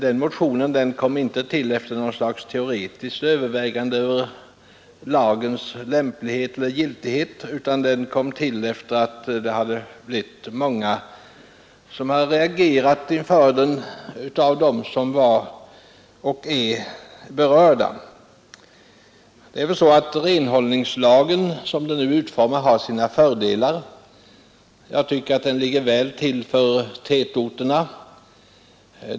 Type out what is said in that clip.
Vår motion kom inte till efter något slags teoretiskt övervägande om lagens lämplighet eller giltighet utan med anledning av att många av de berörda hade reagerat inför den. Renhållningslagen har i sin nuvarande utformning vissa nackdelar. Jag tycker att den är väl avpassad för tätorterna.